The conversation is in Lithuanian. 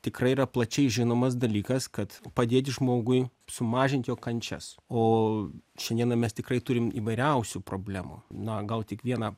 tikrai yra plačiai žinomas dalykas kad padėti žmogui sumažinti jo kančias o šiandieną mes tikrai turim įvairiausių problemų na gal tik vieną